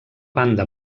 banda